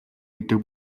гэдэг